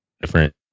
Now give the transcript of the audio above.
different